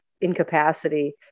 incapacity